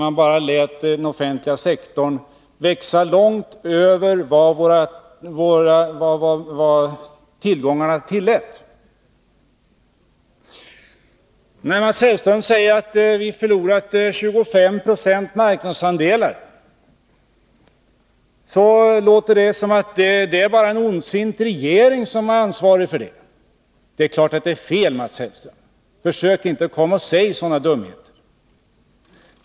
Man lät ju den offentliga sektorn växa långt mer än vad tillgångarna tillät. Mats Hellström säger att vi har förlorat 25 20 av marknadsandelarna. Det låter då som att det bara är en ondsint regering som är ansvarig för det. Det är självfallet fel, Mats Hellström. Försök inte komma med sådana dumheter!